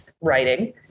writing